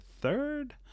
third